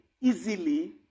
easily